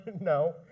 No